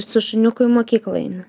su šuniuku į mokyklą eini